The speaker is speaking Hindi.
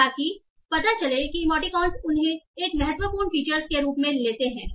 ताकि पता चले कि इमोटिकॉन्स उन्हें एक महत्वपूर्ण फीचर्स के रूप में लेते हैं